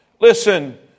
listen